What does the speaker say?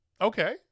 Okay